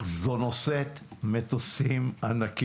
זה נושא מטוסים ענק.